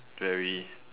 very